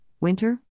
Winter